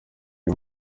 uyu